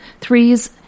Threes